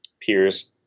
peers